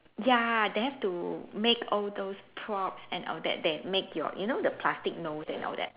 ya they have to make all those props and all that they make your you know the plastic nose and all that